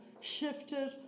shifted